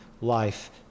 life